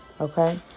okay